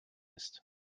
ist